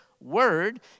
word